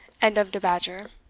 and of de badger,